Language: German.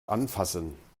anfassen